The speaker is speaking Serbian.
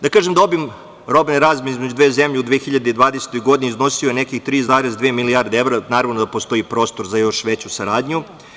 Da kažem da obim robne razmene između dve zemlje u 2020. godini iznosio je nekih 3,2 milijarde evra, naravno da postoji prostor za još veću saradnju.